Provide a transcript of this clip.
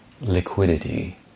liquidity